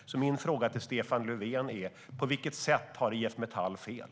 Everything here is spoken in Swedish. Min fråga till Stefan Löfven är: På vilket sätt har IF Metall fel?